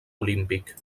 olímpic